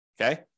Okay